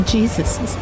Jesus